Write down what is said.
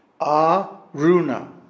Aruna